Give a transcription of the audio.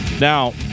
Now